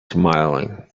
smiling